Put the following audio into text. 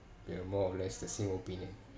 we have more or less the same opinion